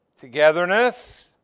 Togetherness